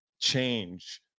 change